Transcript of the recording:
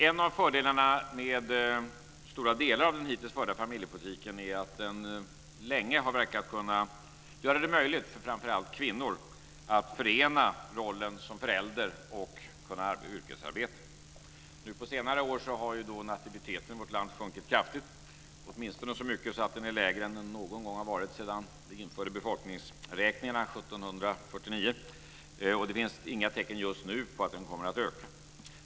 En av fördelarna med stora delar av den hittills förda familjepolitiken är att den länge har verkat kunna göra det möjligt för framför allt kvinnor att förena rollen som förälder med yrkesarbete. På senare år har nativiteten i vårt land sjunkit kraftigt, åtminstone så mycket att den är lägre än den någon gång har varit sedan vi införde befolkningsräkningarna 1749. Det finns just nu inga tecken på att den kommer att öka.